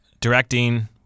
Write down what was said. Directing